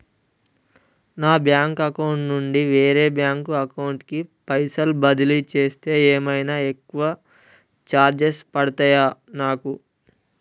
నా bank account నుండి వేరే బ్యాంక్ అకౌంట్ కి పైసల్ బదిలీ చేస్తే ఏమైనా ఎక్కువ చార్జెస్ పడ్తయా నాకు?